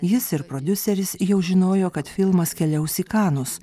jis ir prodiuseris jau žinojo kad filmas keliaus į kanus